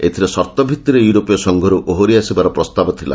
ଏଥିରେ ସର୍ତ୍ତ ଭିତ୍ତିରେ ୟୁରୋପୀୟ ସଂଘରୁ ଓହରିଆସିବାର ପ୍ରସ୍ତାବ ଥିଲା